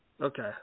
Okay